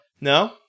no